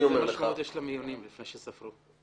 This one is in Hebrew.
איזה משמעות יש למיונים לפני שספרו?